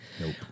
Nope